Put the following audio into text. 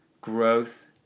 growth